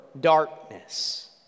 darkness